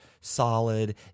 solid